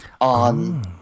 on